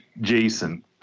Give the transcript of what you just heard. jason